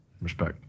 respect